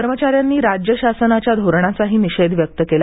कर्मचाऱ्यांनी राज्य शासनाच्या धोरणाचाही निषेध व्यक्त केला